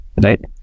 right